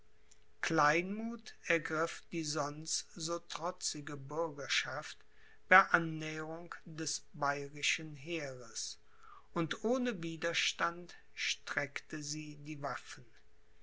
kleinmuth ergriff die sonst so trotzige bürgerschaft bei annäherung des bayerischen heeres und ohne widerstand streckte sie die waffen